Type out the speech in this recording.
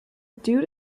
dude